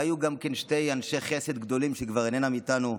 והיו גם שני אנשי חסד גדולים שכבר אינם איתנו,